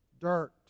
dirt